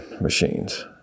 machines